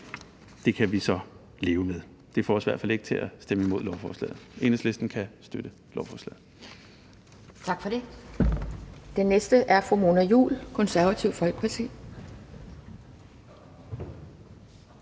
det kan vi så leve med. Det får os i hvert fald ikke til at stemme imod lovforslaget. Enhedslisten kan støtte lovforslaget. Kl. 11:33 Anden næstformand (Pia Kjærsgaard):